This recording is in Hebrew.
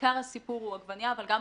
בעיקר הסיפור הוא עגבנייה, אבל גם